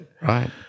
right